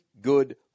good